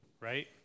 right